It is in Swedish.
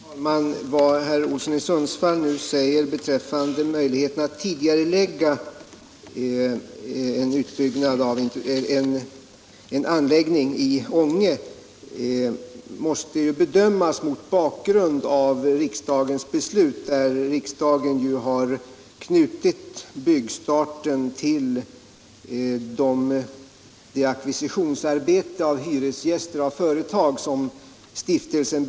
Herr talman! Vad herr Olsson i Sundsvall nu säger beträffande möjligheterna att tidigarelägga en anläggning i Ånge måste bedömas mot bakgrund av riksdagens beslut, som innebär att byggstarten har knutits till den ackvisition som stiftelsen bedriver för att få företag som hyresgäster.